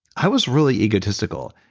i was really egotistical,